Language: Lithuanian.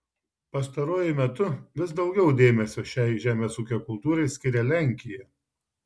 pastaruoju metu vis daugiau dėmesio šiai žemės ūkio kultūrai skiria lenkija